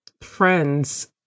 friends